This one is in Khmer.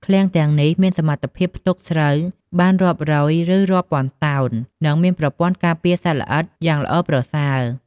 ឃ្លាំងទាំងនេះមានសមត្ថភាពផ្ទុកស្រូវបានរាប់រយ ឬរាប់ពាន់តោន និងមានប្រព័ន្ធការពារសត្វល្អិតយ៉ាងល្អប្រសើរ។